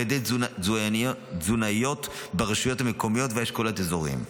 על ידי תזונאיות ברשויות המקומיות ובאשכולות אזוריים,